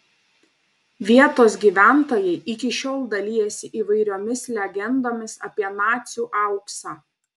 vietos gyventojai iki šiol dalijasi įvairiomis legendomis apie nacių auksą